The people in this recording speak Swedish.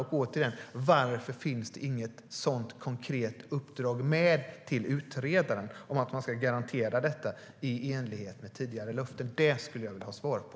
Och varför finns det inget konkret uppdrag till utredaren att man ska garantera detta i enlighet med tidigare löften? Detta skulle jag vilja ha svar på.